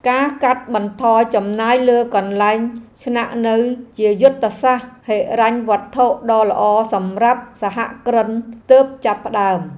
ការកាត់បន្ថយចំណាយលើកន្លែងស្នាក់នៅជាយុទ្ធសាស្ត្រហិរញ្ញវត្ថុដ៏ល្អសម្រាប់សហគ្រិនទើបចាប់ផ្ដើម។